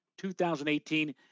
2018